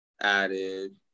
added